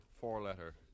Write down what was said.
four-letter